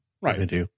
Right